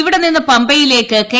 ഇവിടെ നിന്ന് പമ്പയിലേക്ക് കെ